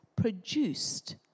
produced